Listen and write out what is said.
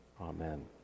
Amen